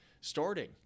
starting